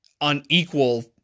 unequal